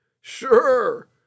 sure